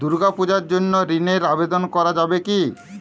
দুর্গাপূজার জন্য ঋণের আবেদন করা যাবে কি?